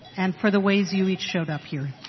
and for the ways you each showed up here.